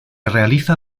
realiza